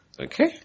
Okay